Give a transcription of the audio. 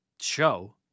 show